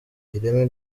ireme